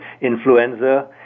influenza